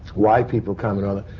why people come and all that.